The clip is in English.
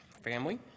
family